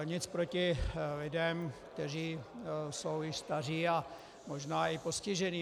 Nic proti lidem, kteří jsou již staří a možná i postižení.